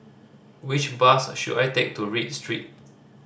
which bus should I take to Read Street